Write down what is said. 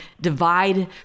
Divide